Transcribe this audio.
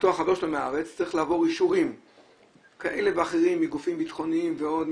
החבר שלו מהארץ צריך לעבור אישורים כאלה ואחרים מגופים ביטחוניים ועוד,